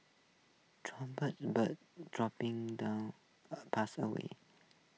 bird droppings down pathways